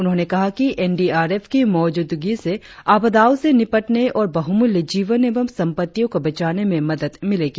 उन्होंने कहा कि एन डी आर एफ की मौजूदगी से आपदाओं से निपटने और बहुमूल्य जीवन एवं संपत्तियों को बचाने में मदद मिलेगी